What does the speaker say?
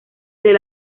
del